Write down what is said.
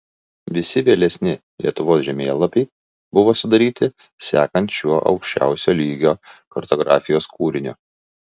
visi vėlesni lietuvos žemėlapiai buvo sudaryti sekant šiuo aukščiausio lygio kartografijos kūriniu